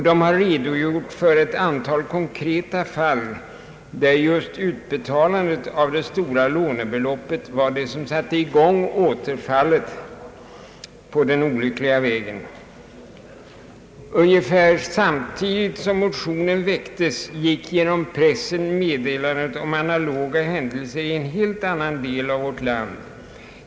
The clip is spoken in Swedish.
De har redogjort för ett antal konkreta fall där just utbetalandet av det stora lånebeloppet var det som satte i gång återfallet på den olyckliga vägen. Ungefär samtidigt som motionen väcktes gick genom pressen meddelandet om analoga händelser i en helt annan del av vårt land.